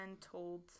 told